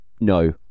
no